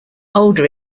older